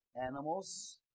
animals